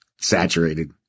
saturated